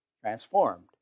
transformed